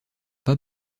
pas